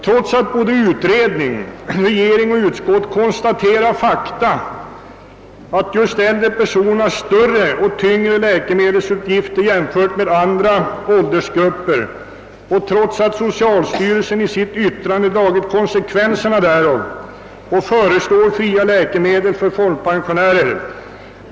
Socialstyrelsen har i sitt yttrande i ärendet dragit konsekvenserna av att äldre personer har större och tyngre läkemedelsutgifter än de som tillhör andra åldersgrupper och föreslagit fria läkemedel för folkpensionärer.